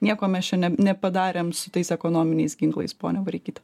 nieko mes čia ne nepadarėm su tais ekonominiais ginklais ponia vareikyte